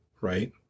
right